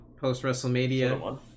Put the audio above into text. post-WrestleMania